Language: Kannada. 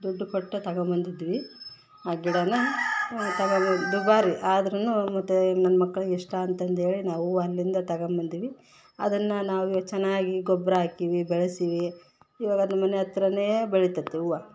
ದುಡ್ಡು ಕೊಟ್ಟು ತಗೊಂಬಂದ್ದಿದ್ವಿ ಆ ಗಿಡ ದುಬಾರಿ ಆದ್ರೂ ಮತ್ತು ನನ್ನ ಮಕ್ಳಿಗೆ ಇಷ್ಟ ಅಂತಂದೇಳಿ ನಾವು ಹೂವು ಅಲ್ಲಿಂದ ತಗೊಂಬಂದೀವಿ ಅದನ್ನು ನಾವು ಇವಾಗ ಚೆನ್ನಾಗಿ ಗೊಬ್ಬರ ಹಾಕಿವಿ ಬೆಳ್ಸಿವಿ ಇವಾಗ ಅದು ಮನೆ ಹತ್ರ ಬೆಳಿತದೆ ಹೂವು